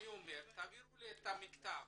תעבירו לי את המכתב